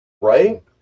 right